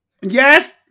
Yes